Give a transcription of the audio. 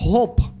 Hope